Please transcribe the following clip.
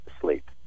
sleep